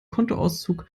kontoauszug